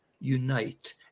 unite